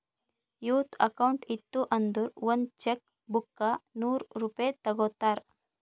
youth account ಇತ್ತು ಅಂದುರ್ ಒಂದ್ ಚೆಕ್ ಬುಕ್ಗ ನೂರ್ ರೂಪೆ ತಗೋತಾರ್